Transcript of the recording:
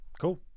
cool